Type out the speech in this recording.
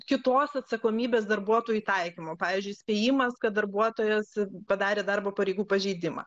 kitos atsakomybės darbuotojui taikymo pavyzdžiui įspėjimas kad darbuotojas padarė darbo pareigų pažeidimą